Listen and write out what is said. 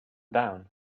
down